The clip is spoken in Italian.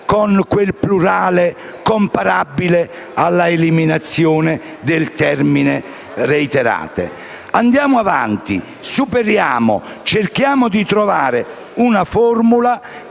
con quel plurale comparabile all'eliminazione del termine «reiterate». Andiamo avanti, superiamo l'ostacolo e cerchiamo di trovare una formula